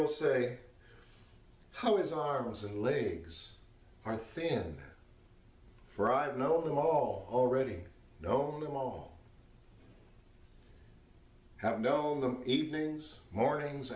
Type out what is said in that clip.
will say how his arms and legs are thin fried know them all already know them all i have known them evenings mornings